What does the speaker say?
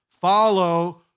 Follow